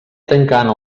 tancant